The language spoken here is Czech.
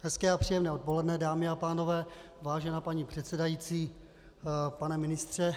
Hezké a příjemné odpoledne, dámy a pánové, vážená paní předsedající, pane ministře.